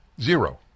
Zero